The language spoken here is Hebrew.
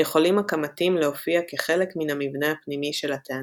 יכולים הכמתים להופיע כחלק מן המבנה הפנימי של הטענה,